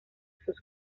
sus